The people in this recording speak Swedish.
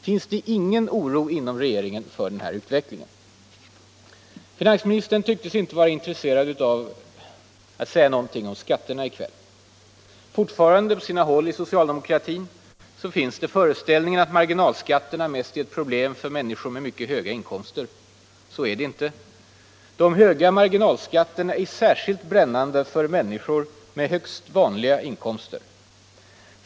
Finns det ingen oro inom regeringen för den här utvecklingen? Finansministern är i kväll inte intresserad av att säga någonting om skatterna. På sina håll inom socialdemokratin finns fortfarande föreställningen att marginalskatterna mest är ett problem för människor med mycket höga inkomster. Så är inte fallet. De höga marginalskatterna är särskilt brännande för människor med högst vanliga inkomster.